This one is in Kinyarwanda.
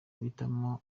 guhitamo